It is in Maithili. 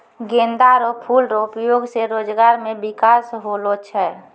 गेंदा रो फूल रो उपयोग से रोजगार मे बिकास होलो छै